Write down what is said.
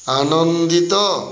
ଆନନ୍ଦିତ